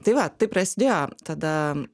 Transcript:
tai va taip prasidėjo tada